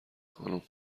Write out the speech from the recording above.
خانم